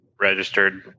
registered